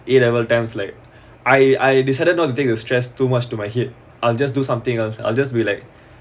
A level times like I I decided not to think of stress too much to my head I'll just do something else I'll just be like